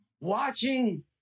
watching